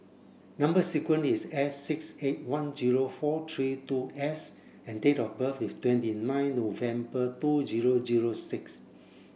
number sequence is S six eight one zero four three two S and date of birth is twenty nine November two zero zero six